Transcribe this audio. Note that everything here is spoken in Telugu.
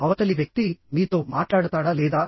అవతలి వ్యక్తి మీతో మాట్లాడతాడా లేదా